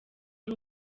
ari